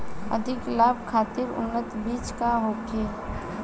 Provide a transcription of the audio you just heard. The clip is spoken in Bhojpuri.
अधिक लाभ खातिर उन्नत बीज का होखे?